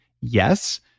yes